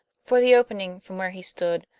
for the opening, from where he stood,